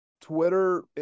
Twitter